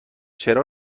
چرا